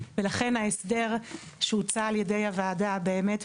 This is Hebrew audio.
ולכן ההסדר שהוצע על ידי הוועדה באמת,